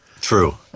True